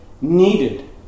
needed